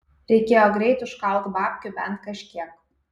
reikėjo greit užkalt babkių bent kažkiek